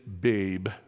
babe